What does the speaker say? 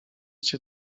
cię